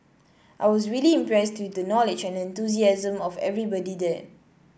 I was really impressed with the knowledge and enthusiasm of everybody there